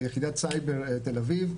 ביחידת סייבר תל אביב,